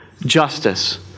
justice